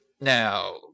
Now